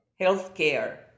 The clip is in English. healthcare